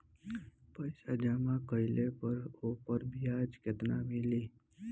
पइसा जमा कइले पर ऊपर ब्याज केतना मिली?